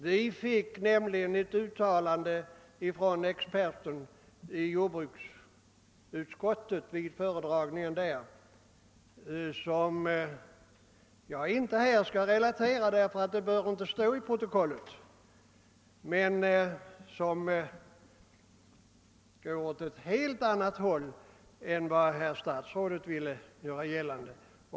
Vid föredragningen i jordbruksutskottet fick vi nämligen ett expertuttalande, som jag inte helt kan relatera här, eftersom det inte bör stå i kammarens protokoll, men som går åt ett helt annat håll i fråga om vår beredskap än vad herr stats rådet ville göra gällande.